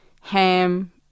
ham